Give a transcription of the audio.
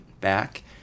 back